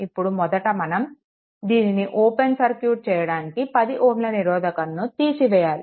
ఇప్పుడు మొదట మనం దీనిని ఓపెన్ సర్క్యూట్ చేయడానికి 10Ω నిరోధకంను తీసివేయాలి